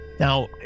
Now